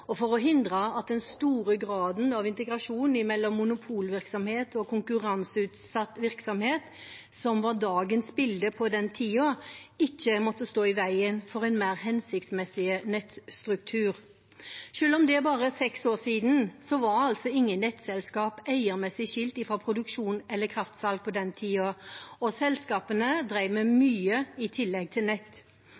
og for å hindre at den store graden av integrasjon mellom monopolvirksomhet og konkurranseutsatt virksomhet, som var dagens bilde på den tiden, ikke måtte stå i veien for en mer hensiktsmessig nettstruktur. Selv om det er bare seks år siden, var altså ingen nettselskaper eiermessig skilt fra produksjon eller kraftsalg på den tiden, og selskapene drev med